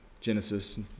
Genesis